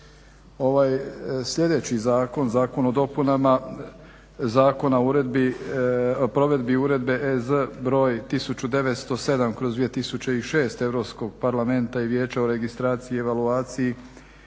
Ovaj sljedeći zakon, Zakon o dopunama Zakona o provedbi Uredbe (EZ) br. 1907/2006 Europskog parlamenta i Vijeća EZ o registraciji, evaluaciji,